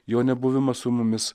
jo nebuvimą su mumis